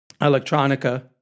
Electronica